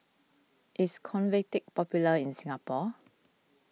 is Convatec popular in Singapore